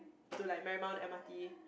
to like Marymount M_R_T